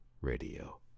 Radio